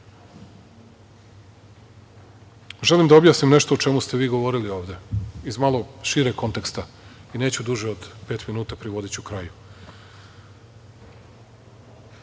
želim da objasnim nešto o čemu ste vi govorili ovde, iz malo šireg konteksta i neću duže od pet minuta, privodiću kraju. Danas,